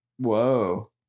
Whoa